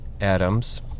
Adams